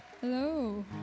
Hello